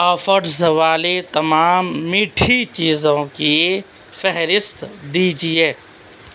offers والے تمام میٹھی چیزوں کی فہرست دیجیے